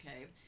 Okay